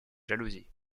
jalousie